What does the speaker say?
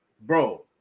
Bro